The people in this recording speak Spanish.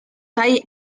hay